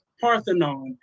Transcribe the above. Parthenon